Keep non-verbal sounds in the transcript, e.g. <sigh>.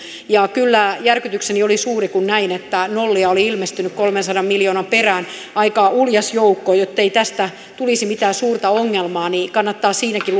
ja kyllä järkytykseni oli suuri kun näin että nollia oli ilmestynyt kolmensadan miljoonan perään aika uljas joukko jottei tästä tulisi mitään suurta ongelmaa niin kannattaa siinäkin <unintelligible>